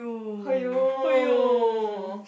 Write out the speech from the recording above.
!aiyo!